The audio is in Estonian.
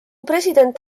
president